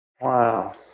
Wow